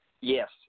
Yes